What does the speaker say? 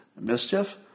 mischief